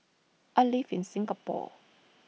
I live in Singapore